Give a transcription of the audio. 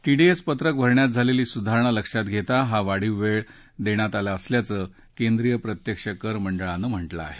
TDS पत्रक भरण्यात झालेली सुधारणा लक्षात घेता हा वाढीव वेळ दिली असल्याचं केंद्रीय प्रत्यक्ष कर मडळानं म्हटलं आहे